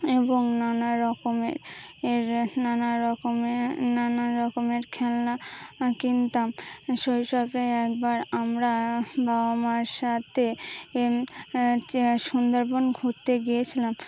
এবং নানা রকমের নানা রকমের নানা রকমের খেলনা কিনতাম শৈশবে একবার আমরা বাবা মার সাথে সুন্দরবন ঘুরতে গিয়েছিলাম